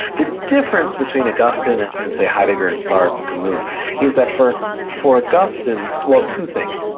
the difference between augustine and and say heidegger and sartre and camus is that for for augustine, well two things.